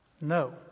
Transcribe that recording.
No